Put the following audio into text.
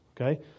Okay